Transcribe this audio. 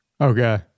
Okay